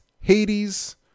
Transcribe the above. Hades